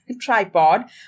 tripod